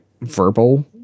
verbal